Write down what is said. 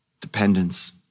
dependence